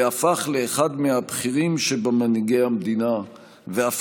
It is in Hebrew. הפך לאחד מהבכירים שבמנהיגי המדינה ואף